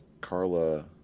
Carla